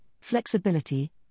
flexibility